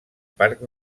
parc